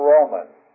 Romans